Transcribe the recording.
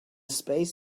space